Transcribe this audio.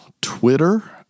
Twitter